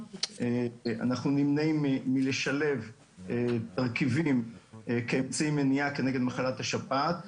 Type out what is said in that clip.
נמנעים מלשלב תרכיבים כאמצעי מניעה כנגד מחלת השפעת.